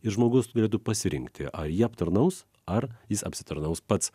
ir žmogus galėtų pasirinkti ar jį aptarnaus ar jis apsitarnaus pats